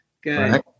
Good